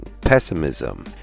Pessimism